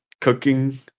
cooking